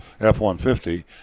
F-150